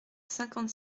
cinquante